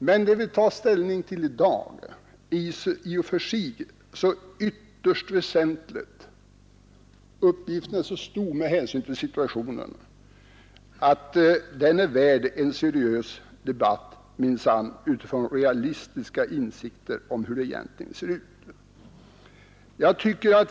Men det som vi i dag skall ta ställning till är så ytterst väsentligt, och uppgiften är så stor med hänsyn till situationen att den minsann är värd en seriös debatt utifrån realistiska insikter om hur det egentligen ser ut.